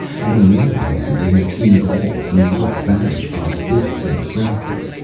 and on the other hand, they had seen all of new york vanish by bits and fragments,